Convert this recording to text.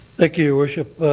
thank you, your worship.